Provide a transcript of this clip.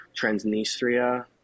Transnistria